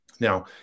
Now